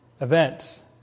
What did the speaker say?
events